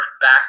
back